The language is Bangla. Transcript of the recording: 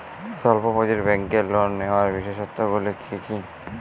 স্বল্প পুঁজির ব্যাংকের লোন নেওয়ার বিশেষত্বগুলি কী কী?